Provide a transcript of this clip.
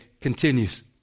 continues